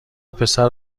پسر